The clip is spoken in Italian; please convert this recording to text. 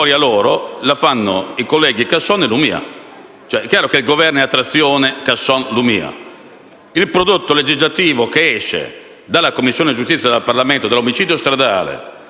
PD, gloria loro, la fanno i colleghi Casson e Lumia. È chiaro che il Governo è a trazione Casson-Lumia. Il prodotto legislativo che esce dalla Commissione giustizia e dal Parlamento, dall'omicidio stradale